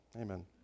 Amen